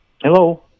Hello